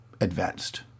Advanced